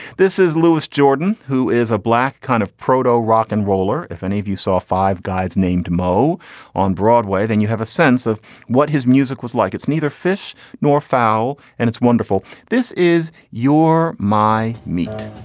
this is lewis jordan who is a black kind of proto rock and roller. if any of you saw five guys named moe on broadway then you have a sense of what his music was like it's neither fish nor fowl. and it's wonderful. this is your my meat